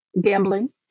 gambling